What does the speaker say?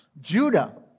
Judah